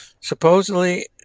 Supposedly